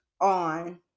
on